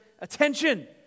attention